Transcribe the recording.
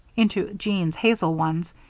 into jean's hazel ones,